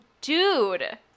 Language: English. dude